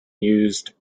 used